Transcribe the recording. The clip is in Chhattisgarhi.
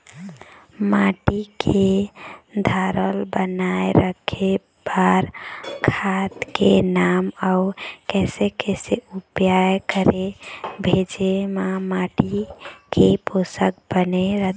माटी के धारल बनाए रखे बार खाद के नाम अउ कैसे कैसे उपाय करें भेजे मा माटी के पोषक बने रहे?